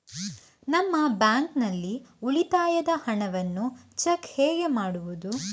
ನಮ್ಮ ಬ್ಯಾಂಕ್ ನಲ್ಲಿ ಉಳಿತಾಯದ ಹಣವನ್ನು ಚೆಕ್ ಹೇಗೆ ಮಾಡುವುದು?